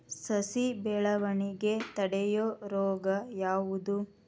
ಸಸಿ ಬೆಳವಣಿಗೆ ತಡೆಯೋ ರೋಗ ಯಾವುದು?